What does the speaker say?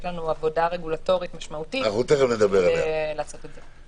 לנו עבודה רגולטורית משמעותית לעשות את זה.